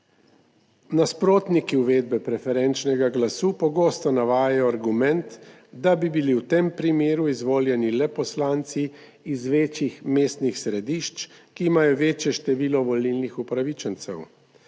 Nasprotniki uvedbe preferenčnega glasu pogosto navajajo argument, da bi bili v tem primeru izvoljeni le poslanci iz večjih mestnih središč, ki imajo večje število volilnih upravičencev,